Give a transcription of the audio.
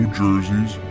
jerseys